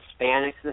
Hispanics